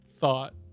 thought